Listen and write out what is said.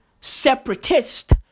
separatist